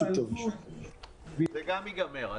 שגם זה יסתיים.